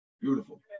Beautiful